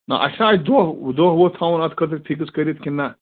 نہ اَسہِ چھِنہٕ اَتھ دۄہ دۄہ وۄہ تھاوُن اَتھ خٲطرٕ فِکِس کٔرِتھ کِنہٕ نہ